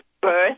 birth